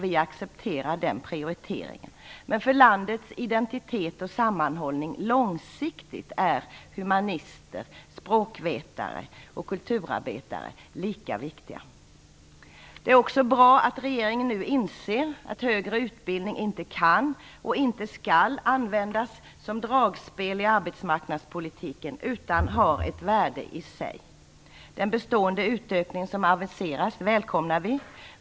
Vi accepterar den prioriteringen, men för landets identitet och sammanhållning långsiktigt är humanister, språkvetare och kulturarbetare lika viktiga. Det är också bra att regeringen nu inser att högre utbildning inte kan och inte skall användas som dragspel i arbetsmarknadspolitiken utan har ett värde i sig. Den bestående utökning som aviseras välkomnar vi.